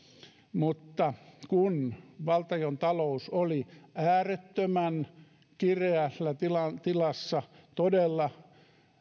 mutta kun valtiontalous oli äärettömän kireässä tilassa tilassa todella